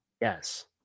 Yes